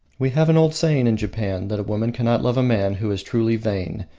we have an old saying in japan that a woman cannot love a man who is truly vain,